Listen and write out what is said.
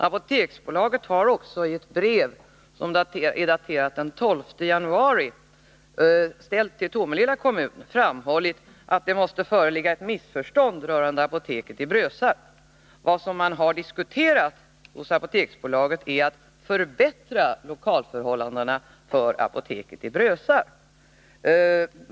Apoteksbolaget har i ett brev, som är daterat den 12 januari och ställt till Tomelilla kommun, framhållit att det måste föreligga ett missförstånd rörande apoteket i Brösarp. Vad man har diskuterat hos Apoteksbolaget är att förbättra lokalförhållandena för apoteket i Brösarp.